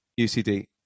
UCD